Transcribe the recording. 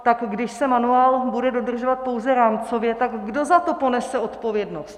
Tak když se manuál bude dodržovat pouze rámcově, tak kdo za to ponese odpovědnost?